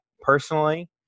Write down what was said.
personally